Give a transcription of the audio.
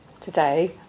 today